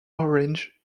orange